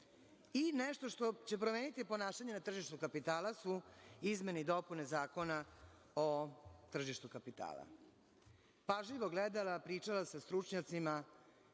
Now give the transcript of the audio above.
što će promeniti ponašanje na tržištu kapitala su izmene i dopune Zakona o tržištu kapitala. Pažljivo gledala, pričala sa stručnjacima,